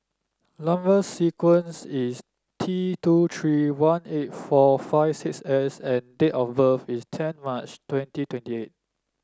number sequence is T two three one eight four five six S and date of birth is ten March twenty twenty eight